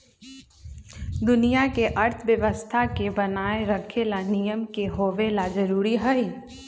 दुनिया के अर्थव्यवस्था के बनाये रखे ला नियम के होवे ला जरूरी हई